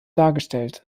dargestellt